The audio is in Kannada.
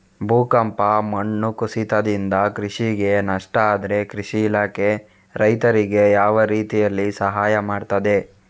ಭೂಕಂಪ, ಮಣ್ಣು ಕುಸಿತದಿಂದ ಕೃಷಿಗೆ ನಷ್ಟ ಆದ್ರೆ ಕೃಷಿ ಇಲಾಖೆ ರೈತರಿಗೆ ಯಾವ ರೀತಿಯಲ್ಲಿ ಸಹಾಯ ಮಾಡ್ತದೆ?